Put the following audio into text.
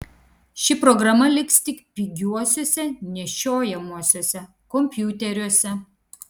ši programa liks tik pigiuosiuose nešiojamuosiuose kompiuteriuose